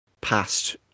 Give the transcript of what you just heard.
Past